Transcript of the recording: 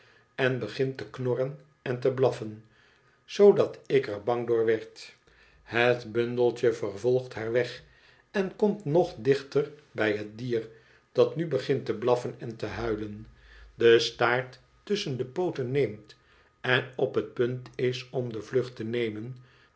rondom begint te knorren en te blaffen zoodat ik er bang door werd het bundeltje vervolgt haar weg en komt nog dichter bij het dier dat nu begint te blaffen en te huilen de staart tusschen de pooten neemt en op het punt is om de vlucht te nemen